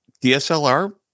DSLR